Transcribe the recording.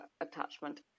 attachment